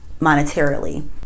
monetarily